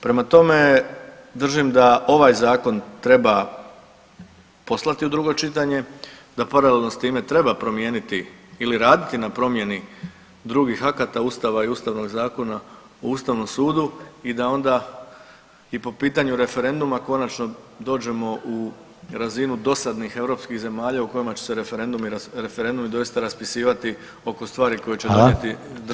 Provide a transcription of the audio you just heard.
Prema tome, držim da ovaj zakon treba poslati u drugo čitanje, da paralelno s time treba promijeniti ili raditi na promjeni drugih akata, Ustava i Ustavnog zakona o Ustavnom sudu i da onda i po pitanju referenduma konačno dođemo u razinu dosadnih europskih zemalja u kojima će se referendumi doista raspisivati oko stvari koje [[Upadica Reiner: Hvala.]] će donijeti državi bolje, a ne gore.